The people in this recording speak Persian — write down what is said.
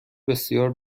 بسیار